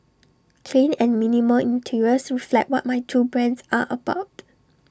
clean and minimal interiors reflect what my two brands are about